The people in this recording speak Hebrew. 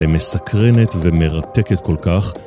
המסקרנת ומרתקת כל כך